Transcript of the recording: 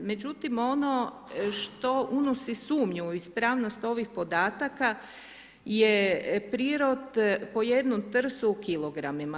Međutim, ono što unosi sumnju u ispravnost ovih podataka, je prirod po jednom trsu u kilogramima.